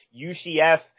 UCF